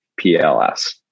PLS